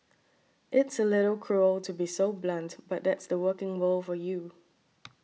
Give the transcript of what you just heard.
it's a little cruel to be so blunt but that's the working world for you